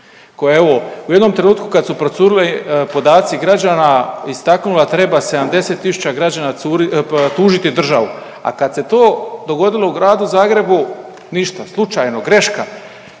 koja evo u jednom trenutku kad su procurili podaci građana istaknula treba 70 tisuća građana curi, tužiti državu, a kad se to dogodilo u Gradu Zagrebu, ništa, slučajno, graška.